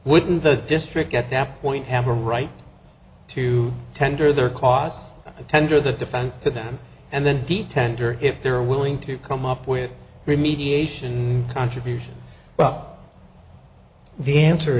wouldn't the district at that point have a right to tender their costs to tender the defense to them and then the tender if they're willing to come up with remediation contributions up the answer